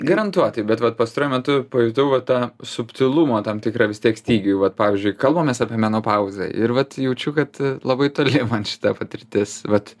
garantuotai bet vat pastaruoju metu pajutau va tą subtilumo tam tikrą vis tiek stygių vat pavyzdžiui kalbamės apie menopauzę ir vat jaučiu kad labai toli man šita patirtis vat